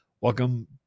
Welcome